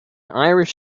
irish